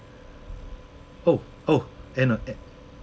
oh oh end uh